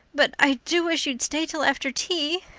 but i do wish you'd stay till after tea.